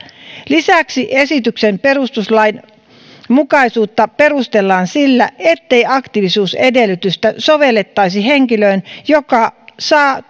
lisäksi esityksen perustuslainmukaisuutta perustellaan sillä ettei aktiivisuusedellytystä sovellettaisi henkilöön joka saa